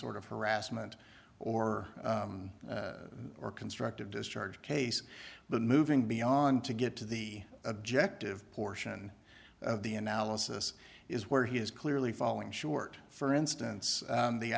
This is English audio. sort of harassment or or constructive discharge case but moving beyond to get to the objective portion of the analysis is where he is clearly falling short for instance